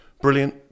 brilliant